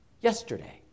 yesterday